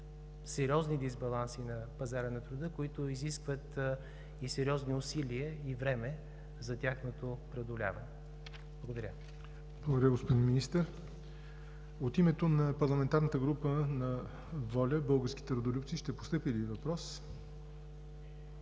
сериозни дисбаланси на пазара на труда, които изискват и сериозни усилия и време за тяхното преодоляване. Благодаря. ПРЕДСЕДАТЕЛ ЯВОР НОТЕВ: Благодаря, господин Министър. От името на парламентарната група на „ВОЛЯ – Българските Родолюбци“ ще постъпи ли въпрос?